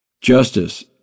Justice